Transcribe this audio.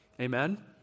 Amen